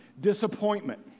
disappointment